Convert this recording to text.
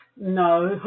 No